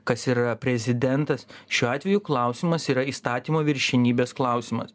kas ir yra prezidentas šiuo atveju klausimas yra įstatymo viršenybės klausimas